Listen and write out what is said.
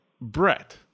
Brett